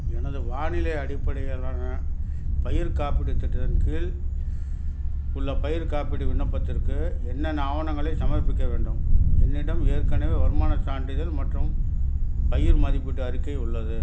எனது வானிலை அடிப்படையிலான பயிர் காப்பீட்டுத் திட்டத்தின் கீழ் உள்ள பயிர் காப்பீட்டு விண்ணப்பத்திற்கு என்னென்ன ஆவணங்களைச் சமர்ப்பிக்க வேண்டும் என்னிடம் ஏற்கனவே வருமானச் சான்றிதழ் மற்றும் பயிர் மதிப்பீட்டு அறிக்கை உள்ளது